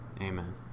Amen